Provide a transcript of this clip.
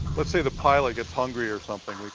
let's say the pilot gets hungry or something,